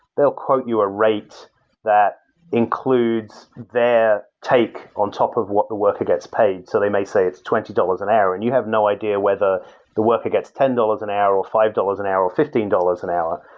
they'll quote you a rate that includes their take on top of what the work gets paid. so they may it's twenty dollars an hour, and you have no idea whether the worker gets ten dollars an hour, or five dollars an hour, or fifteen dollars an hour.